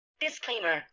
Disclaimer